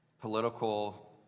political